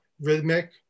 rhythmic